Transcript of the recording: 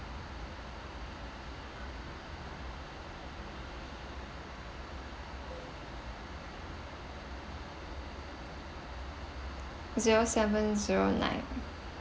zero seven zero nine